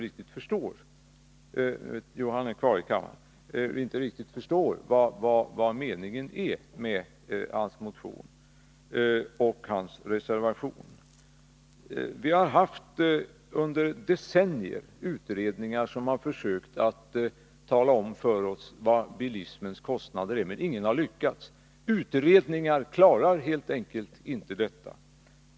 Jag måste bekänna att jag inte riktigt förstår vad meningen är med hans motion och hans reservation. Vi har under decennier haft utredningar som har försökt att redovisa bilismens kostnader för oss, men ingen har lyckats. Utredningar klarar helt enkelt inte detta.